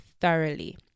thoroughly